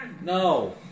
No